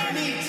את שקרנית.